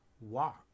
Walk